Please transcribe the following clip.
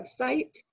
website